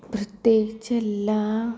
പ്രത്യേകിച്ച് എല്ലാ